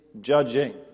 judging